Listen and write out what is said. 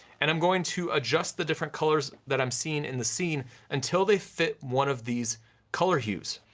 and i'm going to adjust the different colors that i'm seeing in the scene until they fit one of these color hues.